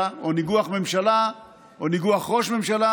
או ניגוח ממשלה או ניגוח ראש ממשלה